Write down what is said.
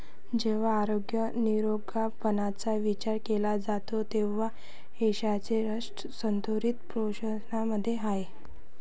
जेव्हा आरोग्य निरोगीपणाचा विचार केला जातो तेव्हा यशाचे रहस्य संतुलित पोषणामध्ये आहे